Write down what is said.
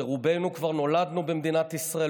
שרובנו כבר נולדנו במדינת ישראל,